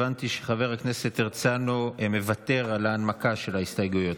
הבנתי שחבר הכנסת הרצנו מוותר על ההנמקה של ההסתייגויות,